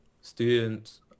students